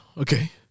Okay